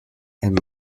and